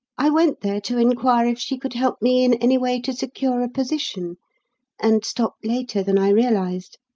i went there to inquire if she could help me in any way to secure a position and stopped later than i realised.